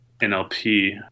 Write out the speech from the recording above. NLP